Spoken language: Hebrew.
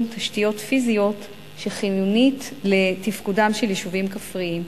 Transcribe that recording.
תשתיות פיזיות שחיונית לתפקודם של יישובים כפריים,